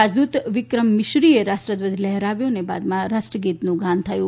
રાજદૂત વિક્રમ મિશ્રીએ રાષ્ટ્રધ્વજ લહેરાવ્યો અને બાદમાં રાષ્ટ્રગીત ગાન થયું